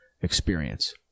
experience